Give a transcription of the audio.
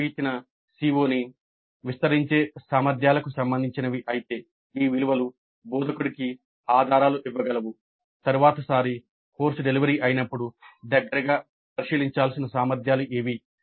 ప్రశ్నలు ఇచ్చిన CO ని విస్తరించే సామర్థ్యాలకు సంబంధించినవి అయితే ఈ విలువలు బోధకుడికి ఆధారాలు ఇవ్వగలవు తరువాతి సారి కోర్సు డెలివరీ అయినప్పుడు దగ్గరగా పరిశీలించాల్సిన సామర్థ్యాలు ఏవి